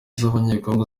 z’abanyekongo